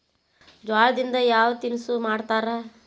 ಜೋಳದಿಂದ ಯಾವ ತಿನಸು ಮಾಡತಾರ?